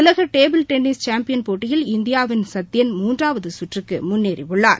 உலகடேபிள் tennis champion போட்டியில் இந்தியாவின் சத்யன் மூன்றாவதுசுற்றுக்குமுன்னேறியுள்ளார்